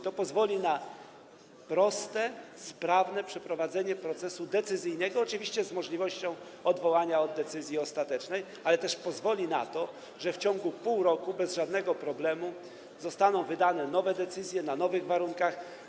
To pozwoli na proste, sprawne przeprowadzenie procesu decyzyjnego, oczywiście z możliwością odwołania od decyzji ostatecznej, ale też pozwoli na to, że w ciągu pół roku bez żadnego problemu zostaną wydane nowe decyzje, na nowych warunkach.